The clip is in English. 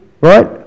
Right